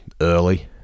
early